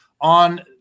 on